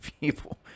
people